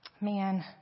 Man